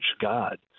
God